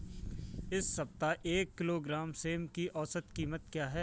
इस सप्ताह एक किलोग्राम सेम की औसत कीमत क्या है?